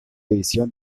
división